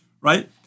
Right